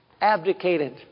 abdicated